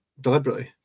deliberately